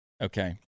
Okay